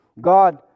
God